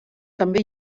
també